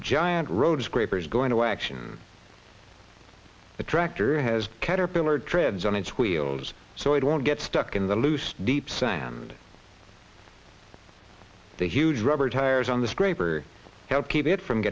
giant road scrapers go into action the tractor has caterpillar treads on its wheels so it won't get stuck in the loose deep sand the huge rubber tires on the scraper help keep it from